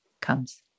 comes